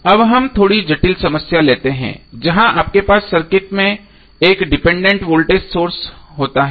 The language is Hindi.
अब हम थोड़ी जटिल समस्या लेते हैं जहाँ आपके पास सर्किट में 1 डिपेंडेंट वोल्टेज सोर्स होता है